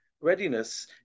readiness